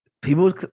people